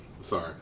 sorry